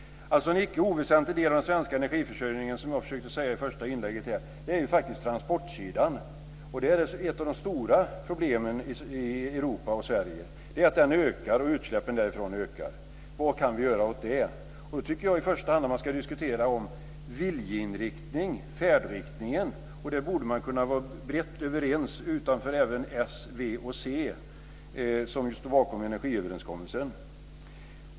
En icke oväsentlig del av den svenska energiförsörjningen, som jag försökte säga i mitt första inlägg, är transportsidan. Ett av de stora problemen i Europa och Sverige är att transporterna ökar och utsläppen därifrån ökar. Vad kan vi göra åt det? Jag tycker att man i första hand ska diskutera viljeinriktning och färdriktning. Det borde man kunna vara överens om, även utanför s, v och c, som ju står bakom energiöverenskommelsen.